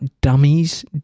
dummies